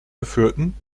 geführten